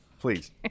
please